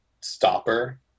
stopper